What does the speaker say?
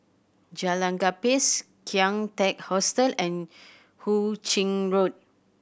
Jalan Gapis Kian Teck Hostel and Hu Ching Road